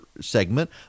segment